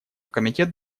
комитет